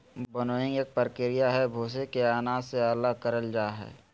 winnowing एक प्रक्रिया हई, भूसी के अनाज से अलग करल जा हई